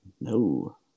No